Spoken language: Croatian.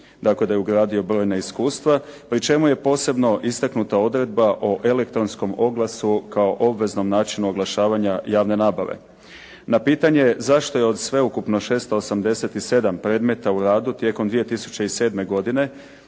dakle, da je ugradio brojna iskustva, pri čemu je posebno istaknuta odredba o elektronskom oglasu kao obveznom načinu oglašavanja javne nabave. Na pitanje zašto je od sveukupno 687 predmeta u radu tijekom 2007. godine